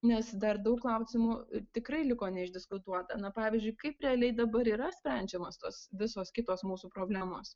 nes dar daug klausimų tikrai liko neišdiskutuota na pavyzdžiui kaip realiai dabar yra sprendžiamos tos visos kitos mūsų problemos